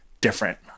different